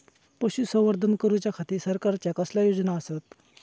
पशुसंवर्धन करूच्या खाती सरकारच्या कसल्या योजना आसत?